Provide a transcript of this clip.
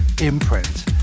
Imprint